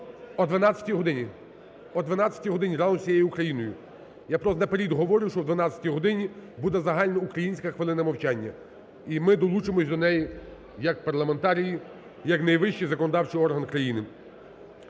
О 12-й годині, о 12-й годині разом з усією Україною. Я просто наперед говорю, що о 12-й годині буде загальноукраїнська хвилина мовчання, і ми долучимось до неї як парламентарі, як найвищий законодавчий орган країни.